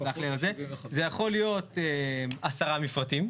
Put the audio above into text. זה יכול להיות עשרה מפרטים,